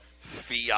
fiat